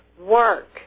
Work